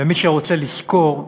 ומי שרוצה לשכור,